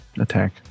attack